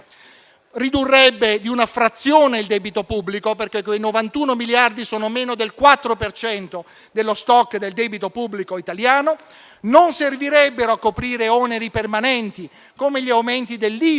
ridurrebbe di una frazione il debito pubblico, perché i 91 miliardi sono meno del 4 per cento dello *stock* del debito pubblico italiano, non servirebbe a coprire oneri permanenti, come gli aumenti dell'IVA